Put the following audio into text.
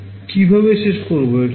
কি ভাবে শেষ করবো এটা